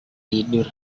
tidur